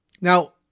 Now